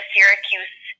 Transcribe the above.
Syracuse